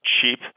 cheap